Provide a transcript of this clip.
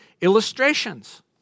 illustrations